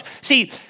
See